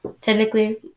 technically